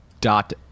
dot